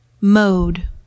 Mode